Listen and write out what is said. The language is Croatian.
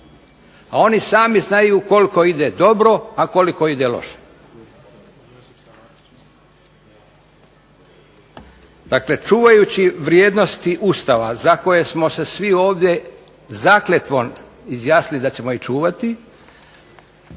a oni sami znaju koliko ide dobro, a koliko ide loše. Dakle, čuvajući vrijednosti Ustava za koje smo se svi ovdje zakletvom izjasnili da ćemo ih čuvati